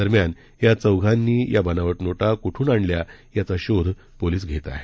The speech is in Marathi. दरम्यान या चौघांनी या बनावट नोटा कोठून आणल्या याचा शोध सध्या पोलिस घेत आहेत